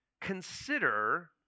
Consider